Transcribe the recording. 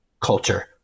culture